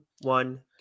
one